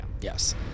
Yes